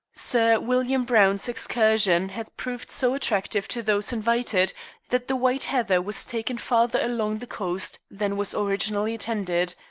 sir william browne's excursion had proved so attractive to those invited that the white heather was taken farther along the coast than was originally intended.